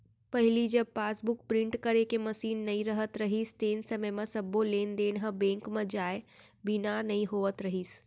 पहिली जब passbook print करे के मसीन नइ रहत रहिस तेन समय म सबो लेन देन ह बेंक म जाए बिना नइ होवत रहिस